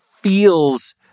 feels